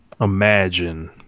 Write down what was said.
Imagine